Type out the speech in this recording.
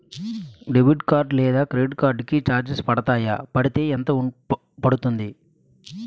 Debit card లేదా credit card కి charges పడతాయా? పడితే ఎంత పడుతుంది?